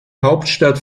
hauptstadt